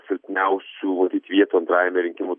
silpniausių matyt vietų antrąjame rinkimų